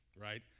right